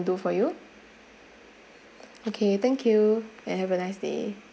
do for you okay thank you and have a nice day